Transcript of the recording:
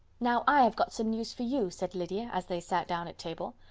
now i have got some news for you, said lydia, as they sat down at table.